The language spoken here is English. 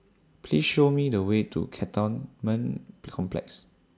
Please Show Me The Way to Cantonment Complex